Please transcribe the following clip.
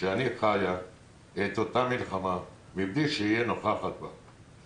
שאני חיה את אותה מלחמה מבלי שאהיה נוכחת בה.